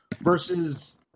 versus